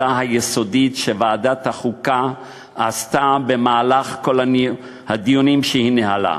היסודית שוועדת החוקה עשתה במהלך כל הדיונים שהיא ניהלה.